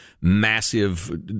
massive